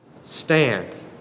Stand